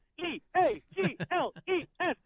E-A-G-L-E-S